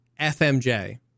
FMJ